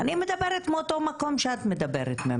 אני מדברת מאותו מקום שאת מדברת.